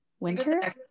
winter